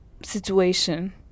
situation